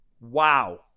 wow